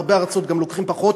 גם בהרבה ארצות לוקחים פחות.